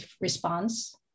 response